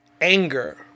Anger